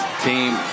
team